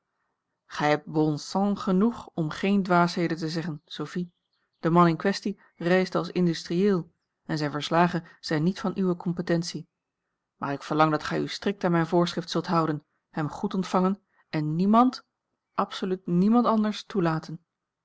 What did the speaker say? gij hebt bon sens genoeg om geene dwaasheden te zeggen sophie de man in kwestie reisde als industrieel en zijne verslagen zijn niet van uwe competentie maar ik verlang dat gij u strikt aan mijn voorschrift zult houden hem goed ontvangen en niemand absoluut niemand anders toelaten